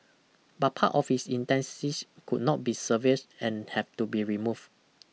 but part of his intestines could not be salvaged and have to be removed